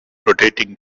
rotating